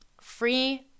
Free